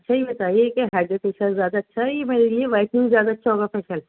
اچھا یہ بتائیے کہ ہائیڈرا فیشل زیادہ اچھا ہے یا وائٹنگ زیادہ اچھا ہوگا فیشل